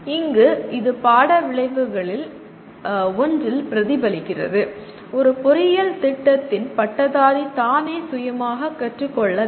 இங்கு இது பாட விளைவுகள் ஒன்றில் பிரதிபலிக்கிறது ஒரு பொறியியல் திட்டத்தின் பட்டதாரி தானே சுயமாக கற்றுக்கொள்ள வேண்டும்